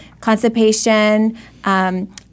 constipation